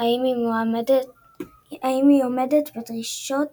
האם היא עומדת בדרישות